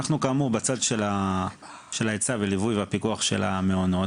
אנחנו כאמור בצד של ההיצע והליווי והפיקוח של המעונות.